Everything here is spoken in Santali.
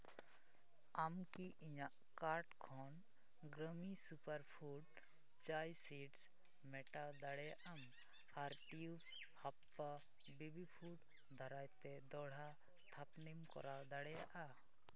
ᱟᱢ ᱠᱤ ᱤᱧᱟᱹᱜ ᱠᱟᱨᱰ ᱠᱷᱚᱱ ᱜᱨᱟᱢᱤᱱ ᱥᱩᱯᱟᱨᱝᱷᱩᱰ ᱪᱟᱭ ᱥᱤᱰᱥ ᱢᱮᱴᱟᱣ ᱫᱟᱲᱮᱭᱟᱜ ᱟᱢ ᱟᱨ ᱴᱤᱭᱩᱵᱥ ᱦᱟᱯᱯᱟ ᱵᱮᱵᱤ ᱯᱷᱩᱰ ᱫᱟᱨᱟᱭᱛᱮ ᱫᱚᱦᱲᱟ ᱛᱷᱟᱯᱚᱱᱮᱢ ᱠᱚᱨᱟᱣ ᱫᱟᱲᱮᱭᱟᱜᱼᱟ